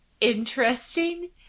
interesting